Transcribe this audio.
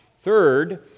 Third